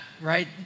right